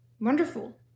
Wonderful